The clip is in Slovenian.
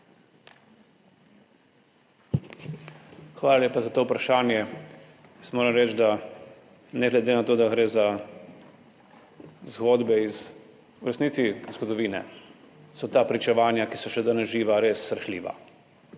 Hvala lepa za to vprašanje. Jaz moram reči, da ne glede na to, da gre v resnici za zgodbe iz zgodovine, so ta pričevanja, ki so še danes živa, res srhljiva.